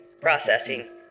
Processing